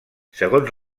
segons